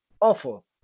awful